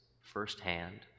firsthand